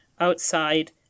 outside